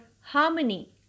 harmony